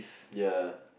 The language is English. ya